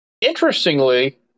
Interestingly